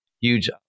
huge